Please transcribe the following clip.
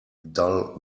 dull